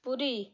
Puri